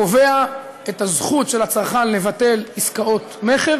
קובע את הזכות של צרכן לבטל עסקאות מכר